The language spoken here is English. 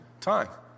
time